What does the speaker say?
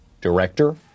Director